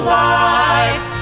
life